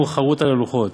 הלוחות'